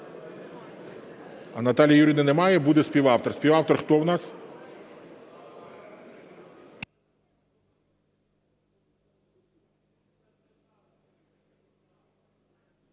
Наталії Юріївни немає, буде співавтор. Співавтор хто у нас?